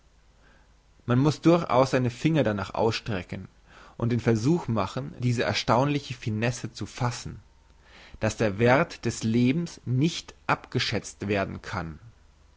man muss durchaus seine finger darnach ausstrecken und den versuch machen diese erstaunliche finesse zu fassen dass der werth des lebens nicht abgeschätzt werden kann